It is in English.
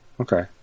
Okay